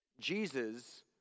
Jesus